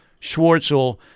Schwartzel